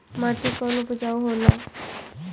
माटी कौन उपजाऊ होला?